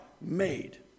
made